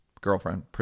Girlfriend